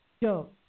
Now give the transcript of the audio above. Yo